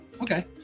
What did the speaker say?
Okay